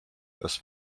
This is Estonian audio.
kas